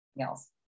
else